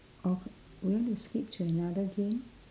okay you want to skip to another game